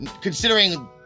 considering